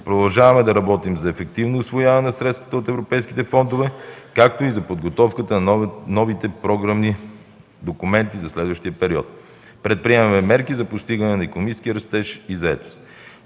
Продължаваме да работим за ефективно усвояване на средствата от европейските фондове, както и за подготовката на новите програмни документи за следващия период. Предприемаме мерки за постигане на икономически растеж и заетост.